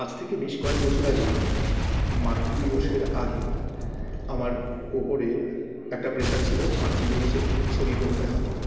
আজ থেকে বেশ কয়েক বছর আগেই মাতৃদিবসের আগে আমার ওপরে একটা প্রেশার ছিল মাতৃদিবসের ছবি করতে হবে